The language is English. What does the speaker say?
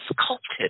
sculpted